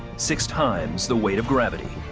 six times the weight of gravity.